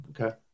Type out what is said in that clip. Okay